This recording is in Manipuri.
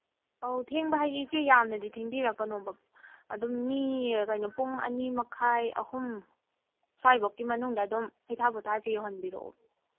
ꯑꯧ ꯊꯦꯡꯕ ꯍꯥꯏꯁꯦ ꯏꯆꯦ ꯌꯥꯝꯅꯗꯤ ꯊꯦꯡꯕꯤꯔꯛꯀꯅꯨꯕ ꯑꯗꯨꯝ ꯃꯤ ꯄꯨꯡ ꯑꯅꯤ ꯃꯈꯥꯏ ꯑꯍꯨꯝ ꯁ꯭ꯋꯥꯏꯕꯨꯛꯀꯤ ꯃꯅꯨꯡꯗ ꯑꯗꯨꯝ ꯍꯩꯊꯥ ꯄꯣꯊꯥꯁꯦ ꯌꯧꯍꯟꯕꯤꯔꯛꯑꯣ